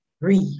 breathe